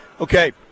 Okay